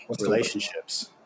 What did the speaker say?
relationships